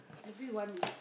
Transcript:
everyone is